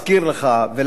אדוני היושב-ראש,